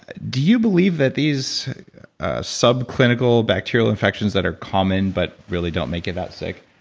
do you believe that these subclinical bacterial infections that are common but really don't make it that sick?